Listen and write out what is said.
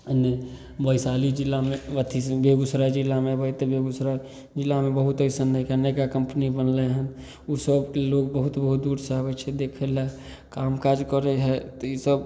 एन्ने वैशाली जिलामे अथी बेगूसराय जिलामे अएबै तऽ बेगूसराय जिलामे बहुत अइसन हइ नएका कम्पनी बनलै हँ ओसब लोक बहुत बहुत दूरसे आबै छै देखैलए काम काज करै हइ तऽ ईसब